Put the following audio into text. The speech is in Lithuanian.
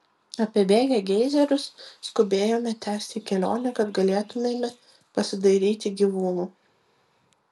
apibėgę geizerius skubėjome tęsti kelionę kad galėtumėme pasidairyti gyvūnų